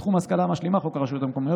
בתחום ההשכלה המשלימה: 1. חוק הרשויות המקומיות